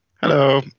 Hello